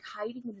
hiding